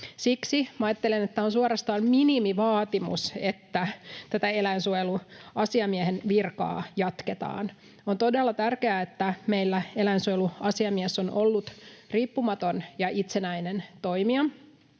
Siksi ajattelen, että on suorastaan minimivaatimus, että tätä eläinsuojeluasiamiehen virkaa jatketaan. On todella tärkeää, että meillä eläinsuojeluasiamies on ollut riippumaton ja itsenäinen toimija.